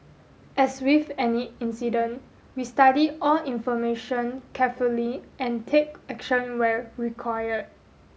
as with any incident we study all information carefully and take action where required